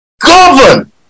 govern